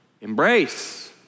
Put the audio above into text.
embrace